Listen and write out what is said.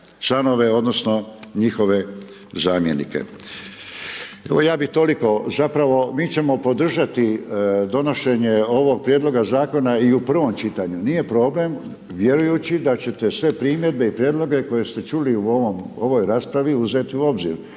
članove, odnosno, njihove zamjenike. Ja bi toliko, zapravo mi ćemo podržati donošenje ovog prijedloga zakona i u prvom čitanju, nije problem, vjerujući da ćete sve primjedbe i prijedloge koje ste čuli u ovoj raspravi uzeti u obzir